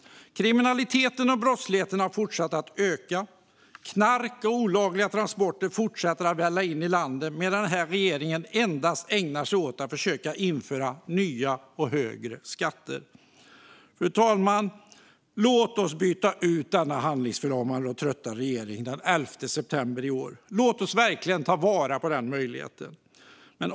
Kriminaliteten och brottsligheten har fortsatt att öka. Knark och olagliga transporter fortsätter att välla in i landet medan den här regeringen endast ägnar sig åt att försöka införa nya och högre skatter. Låt oss byta ut denna handlingsförlamade och trötta regering den 11 september i år, fru talman! Låt oss verkligen ta vara på den möjligheten!